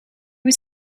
was